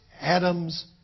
Adam's